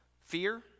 fear